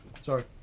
sorry